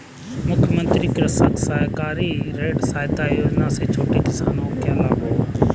मुख्यमंत्री कृषक सहकारी ऋण सहायता योजना से छोटे किसानों को क्या लाभ होगा?